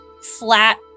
flat